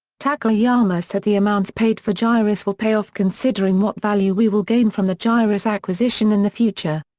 takayama said the amounts paid for gyrus will pay off considering what value we will gain from the gyrus acquisition in the future.